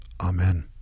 Amen